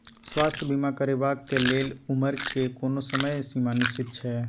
स्वास्थ्य बीमा करेवाक के लेल उमर के कोनो समय सीमा निश्चित छै?